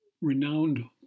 renowned